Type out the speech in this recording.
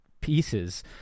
pieces